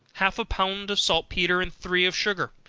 half a pound of saltpetre, and three of sugar,